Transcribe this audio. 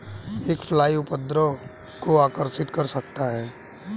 एक फ्लाई उपद्रव को आकर्षित कर सकता है?